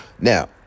Now